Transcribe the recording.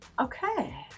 Okay